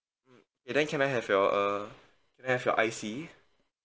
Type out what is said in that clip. mm and then can I have your uh can I have your I_C